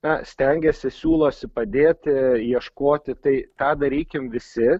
na stengiasi siūlosi padėti ieškoti tai tą darykim visi